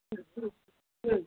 ம் ம் ம்